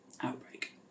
outbreak